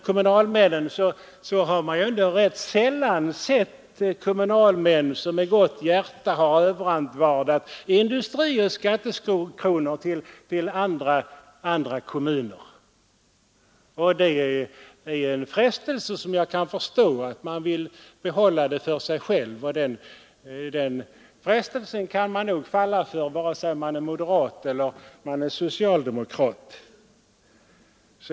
kommunalmän så har man väl ändå rätt sällan sett sådana som med gott hjärta har överantvardat industrier och skattekronor till andra kommuner. Det är en frestelse som jag kan förstå, att man vill behålla dem för sig själv. Den frestelsen kan man nog falla för antingen man är moderat eller socialdemokrat.